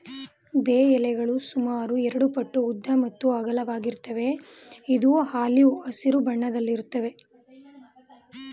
ಬೇ ಎಲೆಗಳು ಸುಮಾರು ಎರಡುಪಟ್ಟು ಉದ್ದ ಮತ್ತು ಅಗಲವಾಗಿರುತ್ವೆ ಇದು ಆಲಿವ್ ಹಸಿರು ಬಣ್ಣದಲ್ಲಿರುತ್ವೆ